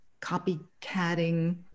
copycatting